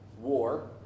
war